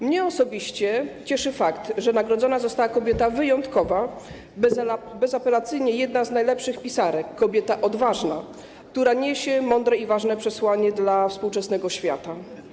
Mnie osobiście cieszy fakt, że nagrodzona została kobieta wyjątkowa, bezapelacyjnie jedna z najlepszych pisarek, kobieta odważna, która niesie mądre i ważne przesłanie dla współczesnego świata.